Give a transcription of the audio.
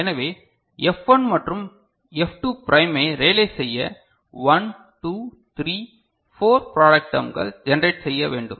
எனவே எஃப் 1 மற்றும் எஃப் 2 ப்ரைமை ரியலைஸ் செய்ய 1 2 3 4 ப்ராடக்ட் டெர்ம்கள் ஜெனரேட் செய்ய வேண்டும்